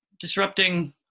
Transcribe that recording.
disrupting